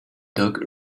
dog